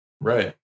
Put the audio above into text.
Right